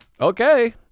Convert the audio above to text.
Okay